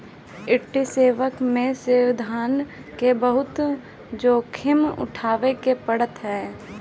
equity share में शेयरधारक के बहुते जोखिम उठावे के पड़त हवे